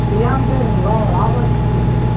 என் பேருங்களா ராதாகிருஷ்ணன் மேம்